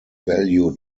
value